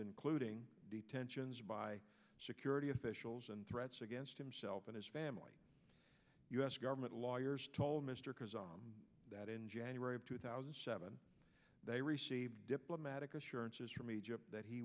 including detentions by security officials and threats against himself and his family u s government lawyers told mr karzai that in january of two thousand and seven they received diplomatic assurances from egypt that he